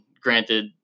granted